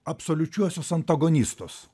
absoliučiuosius antagonistus